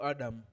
Adam